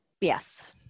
Yes